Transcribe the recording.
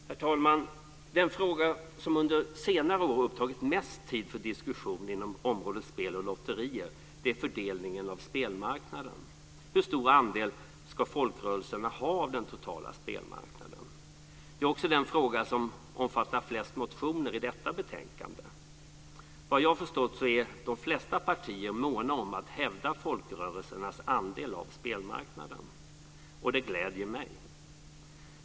Herr talman! Den fråga som under senare år upptagit mest tid för diskussion inom området spel och lotterier är fördelningen av spelmarknaden. Hur stor andel ska folkrörelserna ha av den totala spelmarknaden? Det är också den fråga som omfattar flest motioner i detta betänkande. Jag har förstått att de flesta partier är måna om att hävda folkrörelsernas andel av spelmarknaden, och det gläder mig.